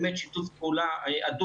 ובאמת יש שיתוף פעולה הדוק.